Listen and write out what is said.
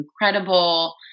incredible